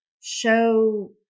show